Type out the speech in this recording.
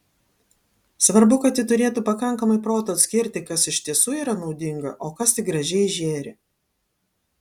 svarbu kad ji turėtų pakankamai proto atskirti kas iš tiesų yra naudinga o kas tik gražiai žėri